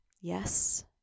Yes